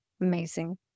amazing